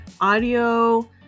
audio